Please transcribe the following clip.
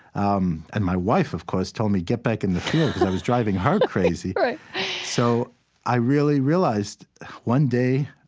um and my wife, of course, told me, get back in the field because i was driving her crazy right so i really realized one day,